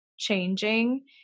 changing